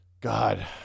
God